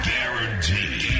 Guaranteed